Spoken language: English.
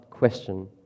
question